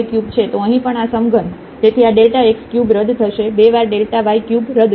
તો અહીં પણ આ સમઘન તેથી આ x ક્યુબ રદ થશે 2 વાર yક્યુબ રદ થશે